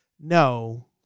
no